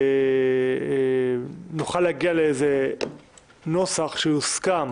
נוכל להגיע לאיזה נוסח שיוסכם